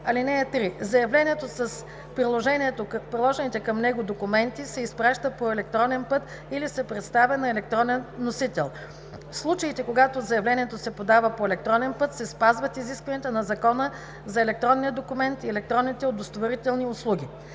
1 и 2.” (3) Заявлението с приложените към него документи се изпраща по електронен път или се представя на електронен носител. В случаите, когато заявлението се подава по електронен път, се спазват изискванията на Закона за електронния документ и електронните удостоверителни услуги.